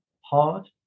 hard